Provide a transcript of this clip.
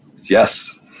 Yes